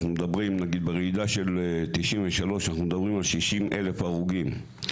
ברעידה של 1993 מתו 60,000 הרוגים,